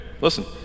listen